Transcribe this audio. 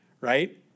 right